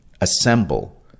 assemble